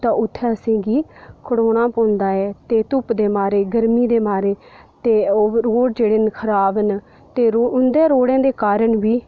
तां उत्थें असेंगी खड़ोना पौंदा ऐ ते धुप्प दे मारे गर्मी दे मारे ते रोड़ जेह्ड़े न खराब न ते उं'दे रोड़ें दे कारण बी